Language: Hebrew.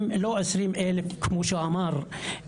והילד מסתכל על השוטר ועל האנשים שבאים עם כוחות להרוס את הבית